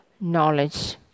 knowledge